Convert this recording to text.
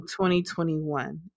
2021